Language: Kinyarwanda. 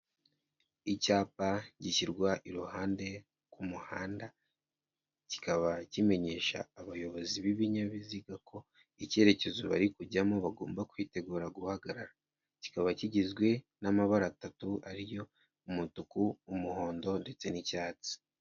Icyapa gishyirwa iruhande ku muhanda, kikaba kimenyesha abayobozi b'ibinyabiziga ko icyerekezo bari kujyamo bagomba kwitegura guhagarara, kikaba kigizwe n'amabara atatu ariyo umutuku, umuhondo ndetse n'icyatsi.